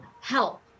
help